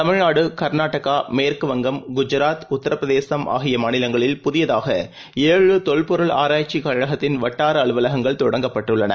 தமிழ்நாடுகர்நாடகாமேற்கு வங்கம் குஜராத் உத்தரபிரதேசம் ஆகியமாநிலங்களில் புதியதாக எழு தொல்பொருள் ஆராய்ச்சிகழகத்தின் வட்டாரஅலுவலகங்கள் தொடங்கப் பட்டுள்ளன